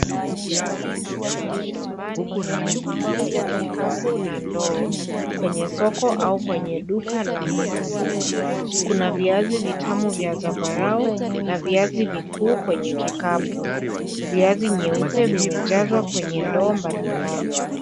Hii bidhaa ya shambani, imepangwa kwenye vikapu na ndoo, kwenye soko au duka la mboga mboga. Kuna viazi vitamu vya zambarau, na viazu vikuu kwenye vikapu. Viazi nyeupe vimejazwa kwenye ndoo mbali mbali.